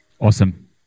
Awesome